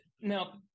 now